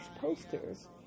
posters